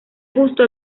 justo